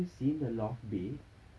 but have you seen the loft bed